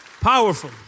Powerful